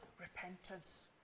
repentance